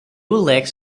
lakes